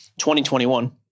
2021